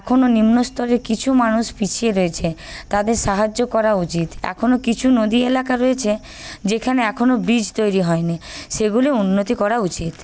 এখনও নিম্নস্তরে কিছু মানুষ পিছিয়ে রয়েছে তাদের সাহায্য করা উচিত এখনো কিছু নদী এলাকা রয়েছে যেখানে এখনো ব্রিজ তৈরি হয়নি সেগুলি উন্নতি করা উচিত